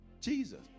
Jesus